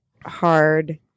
hard